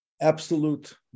absolute